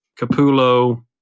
Capullo